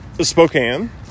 Spokane